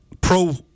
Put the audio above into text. pro